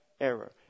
error